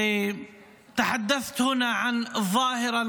(אומר דברים בשפה הערבית).